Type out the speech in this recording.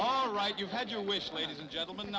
all right you had your wish ladies and gentlemen